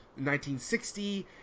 1960